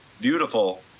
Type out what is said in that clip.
beautiful